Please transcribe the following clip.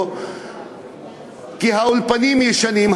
כי האולפנים ישנים,